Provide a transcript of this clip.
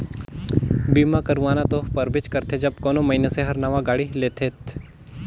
बीमा करवाना तो परबेच करथे जब कोई मइनसे हर नावां गाड़ी लेथेत